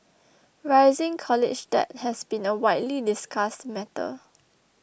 rising college debt has been a widely discussed matter